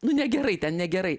nu negerai ten negerai